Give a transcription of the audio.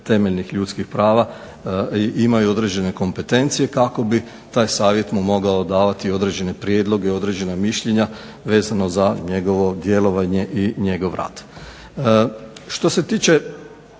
temeljnih ljudskih prava imaju određene kompetencije kako bi taj savjet mu mogao davati određene prijedloge, određena mišljenja vezano za njegovo djelovanje i njegov rad. Što se tiče